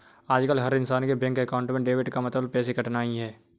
आजकल हर इन्सान के बैंक अकाउंट में डेबिट का मतलब पैसे कटना ही है